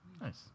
Nice